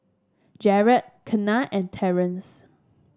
Jerald Kenna and Terrance